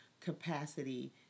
capacity